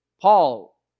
Paul